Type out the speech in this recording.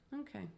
Okay